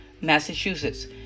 Massachusetts